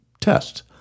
tests